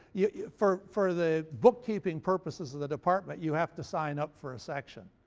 yeah for for the bookkeeping purposes of the department you have to sign up for a section.